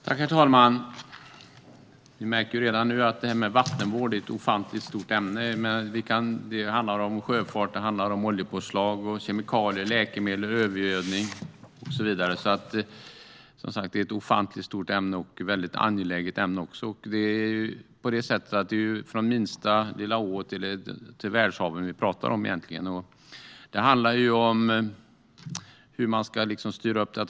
Herr talman! Vi märker redan nu att vattenvård är ett ofantligt stort ämne. Det handlar om sjöfart, oljepåslag, kemikalier, läkemedel, övergödning och så vidare. Det är, som sagt, ett ofantligt stort ämne. Det är också ett väldigt angeläget ämne. Vi pratar egentligen om allt från minsta lilla å till världshaven. Det handlar om hur man ska styra upp detta.